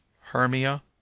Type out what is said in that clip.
Hermia